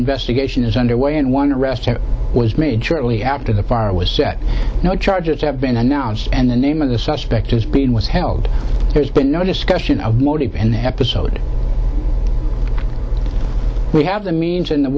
investigation is underway and one arrest was made shortly after the fire was set no charges have been announced and the name of the suspect has been withheld there's been no discussion of motive in the episode we have the means and the